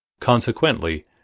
Consequently